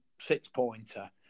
six-pointer